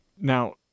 Now